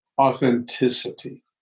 authenticity